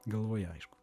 galvoje aišku